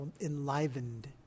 enlivened